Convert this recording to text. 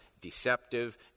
deceptive